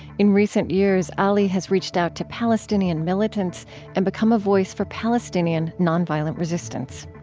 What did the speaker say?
in recent years, ali has reached out to palestinian militants and become a voice for palestinian nonviolent resistance.